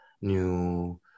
new